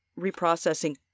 reprocessing